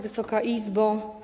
Wysoka Izbo!